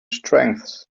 strengths